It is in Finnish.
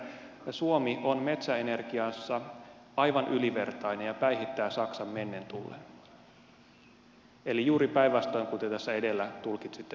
sanoin tarkalleen ottaen niin että suomi on metsäenergiassa aivan ylivertainen ja päihittää saksan mennen tullen eli juuri päinvastoin kuin edellä tulkitsitte minun sanoneen